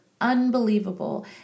unbelievable